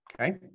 Okay